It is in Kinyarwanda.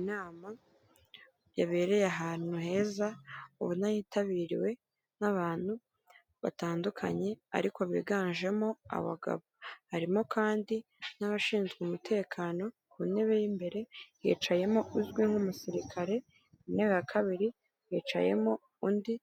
Inama yabereye ahantu heza ubona yitabiriwe n'abantu batandukanye ariko biganjemo abagabo, harimo kandi n'abashinzwe umutekano, ku ntebe y'imbere yicayemo uzwi nk'umusirikare, ku ntebe ya kabiri yicayemo undi